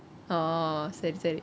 oh சரி சரி:seri seri